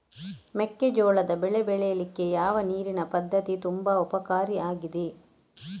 ಮೆಕ್ಕೆಜೋಳದ ಬೆಳೆ ಬೆಳೀಲಿಕ್ಕೆ ಯಾವ ನೀರಿನ ಪದ್ಧತಿ ತುಂಬಾ ಉಪಕಾರಿ ಆಗಿದೆ?